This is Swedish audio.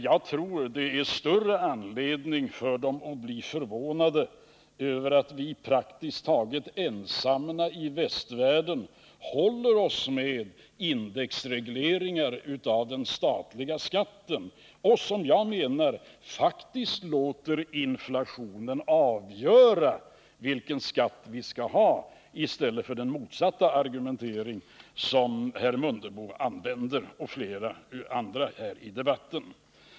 Jag tror att det finns större anledning för historikerna att bli förvånade över att vi praktiskt taget ensamma i västvärlden håller oss med indexregleringar av den statliga skatten och, som jag uppfattar det, faktiskt låter inflationen avgöra vilken skatt vi skall ha i stället för att handla enligt den motsatta argumentering som herr Mundebo och flera andra talare här i debatten använder.